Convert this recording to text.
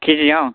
केजियाव